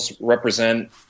represent